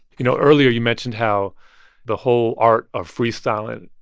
you know, earlier you mentioned how the whole art of freestyling,